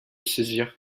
saisir